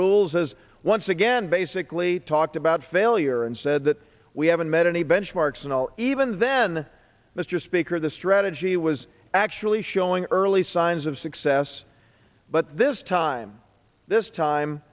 rules has once again basically talked about failure and said that we haven't met any benchmarks and even then mr speaker the strategy was actually showing early signs of success but this time this time